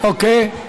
אוקיי.